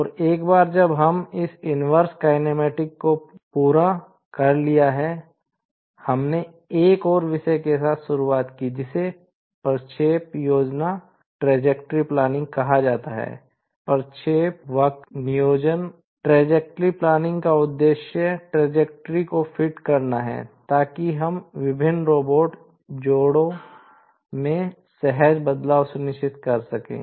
और एक बार जब हमने इस इन्वर्स कैनेमैटिक जोड़ों में सहज बदलाव सुनिश्चित कर सकें